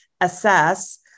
assess